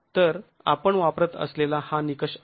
तर आपण वापरत असलेला हा निकष आहे